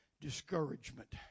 discouragement